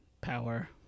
power